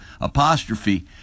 apostrophe